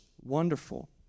wonderful